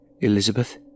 elizabeth